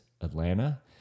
Atlanta